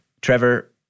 Trevor